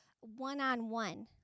one-on-one